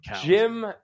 Jim